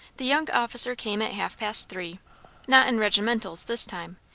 the young officer came at half-past three not in regimentals this time,